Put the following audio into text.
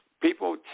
people